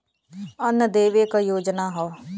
अन्न देवे क योजना हव